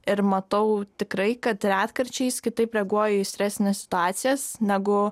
ir matau tikrai kad retkarčiais kitaip reaguoju į stresines situacijas negu